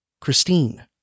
Christine